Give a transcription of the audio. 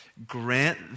Grant